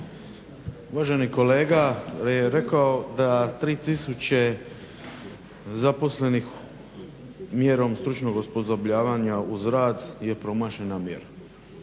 Uvaženi kolega je rekao da 3000 zaposlenih mjerom stručnog osposobljavanja uz rad je promašena mjera.